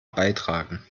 beitragen